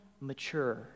mature